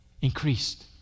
increased